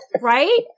right